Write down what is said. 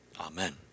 Amen